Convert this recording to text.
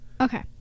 Okay